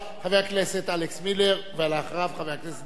חבר הכנסת מילר, ואחריו, חבר הכנסת בן-ארי.